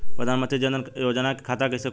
प्रधान मंत्री जनधन योजना के खाता कैसे खुली?